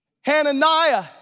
Hananiah